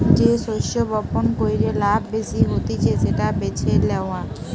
যে শস্য বপণ কইরে লাভ বেশি হতিছে সেটা বেছে নেওয়া